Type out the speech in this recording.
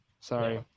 Sorry